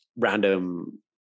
random